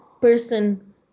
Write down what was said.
person